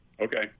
Okay